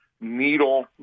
needle